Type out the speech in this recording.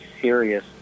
serious